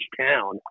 town